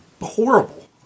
horrible